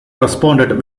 responded